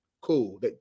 Cool